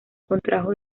contrajo